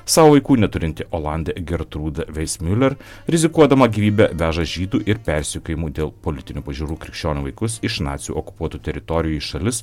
savo vaikų neturinti olandė gertrūda veismiuler rizikuodama gyvybe veža žydų ir persekiojimų dėl politinių pažiūrų krikščionių vaikus iš nacių okupuotų teritorijų į šalis